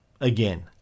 again